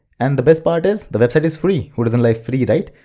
and the best part is, the website is free! who doesn't like free, right?